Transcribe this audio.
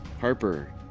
Harper